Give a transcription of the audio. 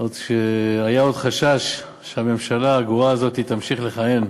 עוד כשהיה חשש שהממשלה הגרועה הזאת תמשיך לכהן.